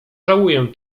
żałuję